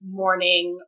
morning